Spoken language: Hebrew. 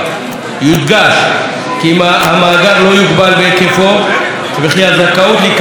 יודגש כי המאגר לא יוגבל בהיקפו וכי הזכאות להיכלל במאגר